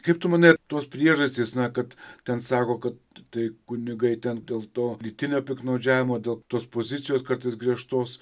kaip tu manai tos priežastys na kad ten sako kad tai kunigai ten dėl to lytinio piktnaudžiavimo dėl tos pozicijos kartais griežtos